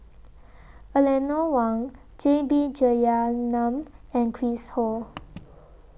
Eleanor Wong J B Jeyaretnam and Chris Ho